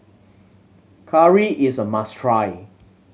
curry is a must try